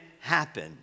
happen